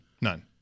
None